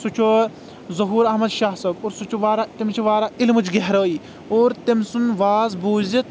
سُہ چُھ ظہوٗر احمد شاہ صأب اور سُہ چھُ واریاہ تٔمِس چھ واریاہ علمٕچ گہرأیی اور تٔمہِ سُنٛد واعظ بوٗزِتھ